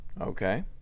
Okay